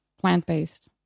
plant-based